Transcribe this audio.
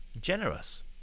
generous